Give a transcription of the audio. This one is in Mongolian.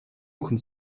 бүхэн